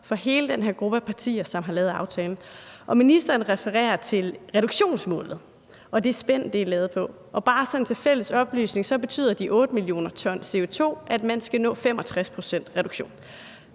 fra hele den her gruppe af partier, som har lavet aftalen. Og ministeren refererer til reduktionsmålet og det spænd, det er lavet på, og bare sådan til fælles oplysning vil jeg sige, at de 8 mio. t CO2 betyder, at man skal nå 65 pct.s reduktion.